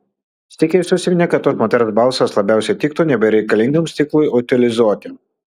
sykį jis užsiminė kad tos moters balsas labiausiai tiktų nebereikalingam stiklui utilizuoti